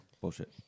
Bullshit